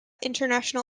international